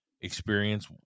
experience